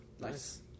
Nice